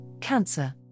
Cancer